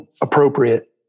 appropriate